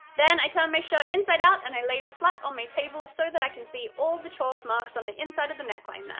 then i turned my shirt inside out and i laid it flat on my table, so that i can see all the chalk marks on the inside of the neckline there.